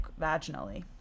vaginally